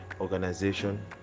organization